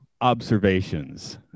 observations